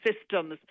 systems